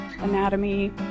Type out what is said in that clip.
anatomy